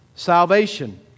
Salvation